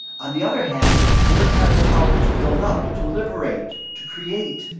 on the other hand, words have the power to build up, to liberate, to create,